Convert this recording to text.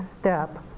step